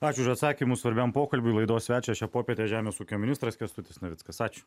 ačiū už atsakymus svarbiam pokalbiui laidos svečias šią popietę žemės ūkio ministras kęstutis navickas ačiū